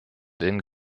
den